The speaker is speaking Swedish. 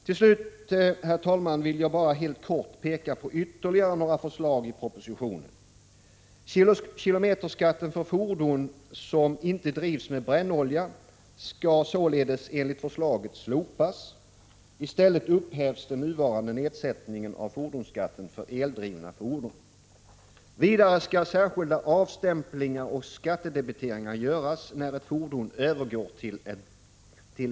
Till slut, herr talman, vill jag bara helt kort peka på ytterligare några förslag i propositionen. Kilometerskatten för fordon som inte drivs med brännolja skall enligt förslaget slopas. I stället upphävs den nuvarande nedsättningen av fordonsskatten för eldrivna fordon. Vidare skall särskilda avstämplingar och skattedebiteringar göras, när ett fordon övergår till ny ägare.